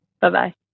Bye-bye